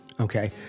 okay